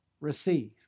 receive